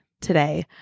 today